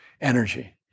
energy